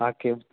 आकर